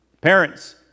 Parents